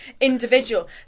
individual